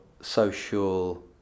social